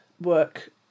work